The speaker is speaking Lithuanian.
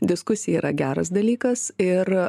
diskusija yra geras dalykas ir